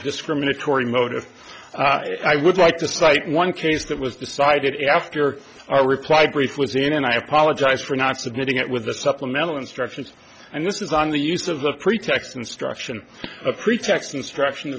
discriminatory motive i would like to cite one case that was decided after our reply brief was in and i apologize for not submitting it with the supplemental instructions and this is on the use of the pretext instruction a pretext instruction